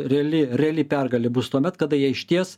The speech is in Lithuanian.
reali reali pergalė bus tuomet kada jie išties